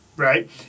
right